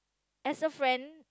as a friend